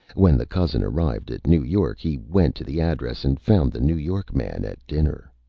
when the cousin arrived at new york he went to the address, and found the new york man at dinner.